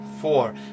four